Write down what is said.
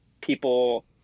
people